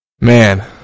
Man